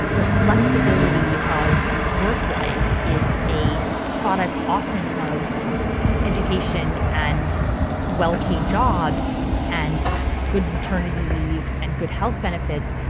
the flexibility of work life is a product often of education and well-paid jobs and good maternity leave and good health benefits,